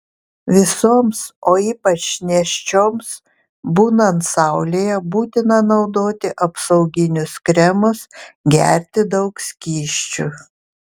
visoms o ypač nėščioms būnant saulėje būtina naudoti apsauginius kremus gerti daug skysčių